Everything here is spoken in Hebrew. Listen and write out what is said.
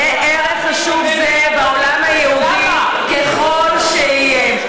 יהיה הערך חשוב בעולם היהודי ככל שיהיה.